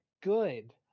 Good